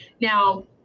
Now